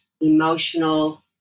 emotional